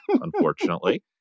unfortunately